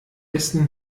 essen